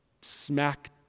smack